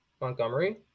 Montgomery